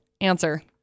answer